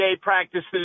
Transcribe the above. practices